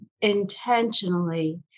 intentionally